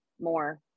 more